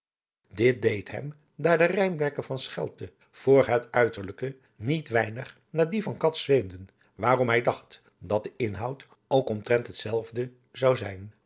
dit deed hem daar de rijmwerken van schelte voor het uiterlijke niet weinig naar die van cats zweemden waarom hij dacht dat de inhoud ook wel zoo omtrent het zelfde zou zijn